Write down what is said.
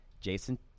Jason